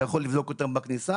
אתה יכול לבדוק בכניסה,